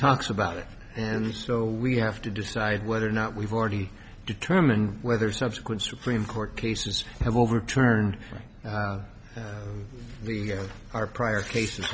talks about it and so we have to decide whether or not we've already determined whether subsequent supreme court cases have overturned the our prior cases